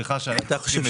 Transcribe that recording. מבחינת